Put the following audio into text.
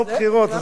לא בחירות,